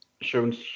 shown